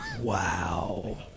wow